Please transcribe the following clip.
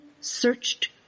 searched